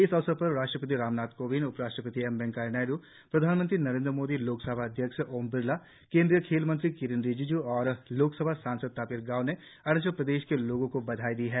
इस अवसर पर राष्ट्रपति रामनाथ कोविंद उपराष्ट्रपति एमवेंकैया नायड्र प्रधानमंत्री नरेन्द्र मोदी लोकसभा अध्यक्ष ओम बिरला केंद्रीय खेल मंत्री किरेन रिजिज् और लोकसभा सांसद तापिर गाव ने अरूणाचल प्रदेश के लोगों को बधाई दी है